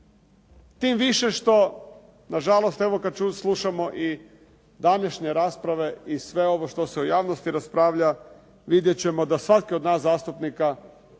Tim više što nažalost evo kada slušamo i današnje rasprave i sve ovo što se u javnosti raspravlja, vidjet ćemo da svaki od nas zastupnika će